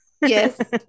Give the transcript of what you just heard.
Yes